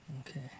Okay